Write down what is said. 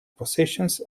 positions